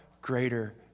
greater